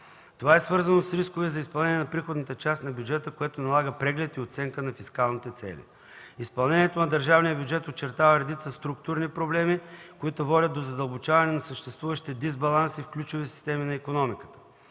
Това е свързано с рискове за изпълнението на приходната част на бюджета, което налага преглед и оценка на фискалните цели. Изпълнението на държавния бюджет очертава редица структурни проблеми, които водят до задълбочаване на съществуващите дисбаланси в ключови системи на икономиката.